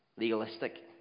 legalistic